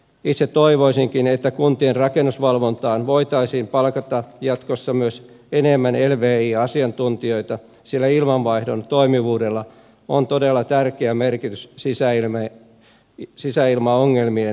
itse toivoisinkin että kuntien rakennusvalvontaan voitaisiin palkata jatkossa myös enemmän lvi asiantuntijoita sillä ilmanvaihdon toimivuudella on todella tärkeä merkitys sisäilmaongelmien ehkäisyssä